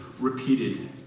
repeated